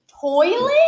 Toilet